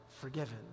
forgiven